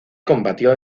combatió